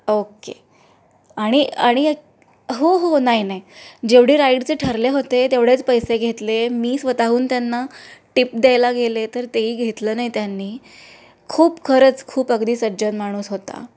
okay आणि आणि एक हो हो नाही नाही जेवढे राईडचे ठरले होते तेवढेच पैसे घेतले मी स्वतःहून त्यांना टिप द्यायला गेले तर तेही घेतलं नाही त्यांनी खूप खरंच खूप अगदी सज्जन माणूस होता